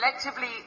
collectively